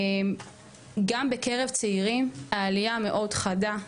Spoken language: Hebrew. גם בקרב צעירים העלייה מאוד חדה.